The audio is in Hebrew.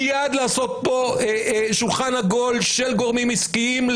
מייד לעשות פה שולחן עגול של גורמים עסקיים,